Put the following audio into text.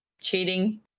cheating